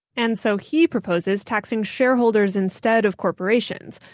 and so he proposes taxing shareholders instead of corporations.